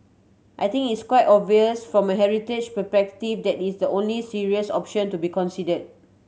I think it's quite obvious from a heritage perspective that is the only serious option to be considered